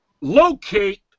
locate